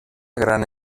gran